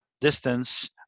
distance